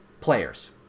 players